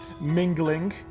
mingling